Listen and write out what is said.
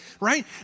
right